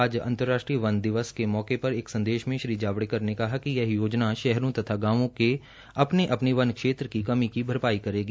आज अंतर्राष्ट्रीय वन दिवस के मौके पर एक संदेश में श्री जावड़ेकर ने कहा कि यह योजना शहरों तथा गांवों के अपने अपने वन क्षेत्र की कमी की भरपाई करेगी